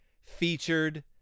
featured